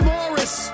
Morris